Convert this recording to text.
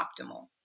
optimal